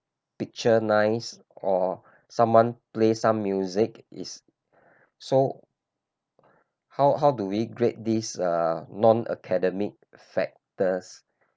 picture nice or someone play some music is so how how do we grade this uh non academic factors